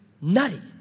nutty